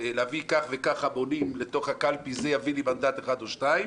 להביא כך וכך המונים אל תוך הקלפי זה יביא לי מנדט אחד או שניים,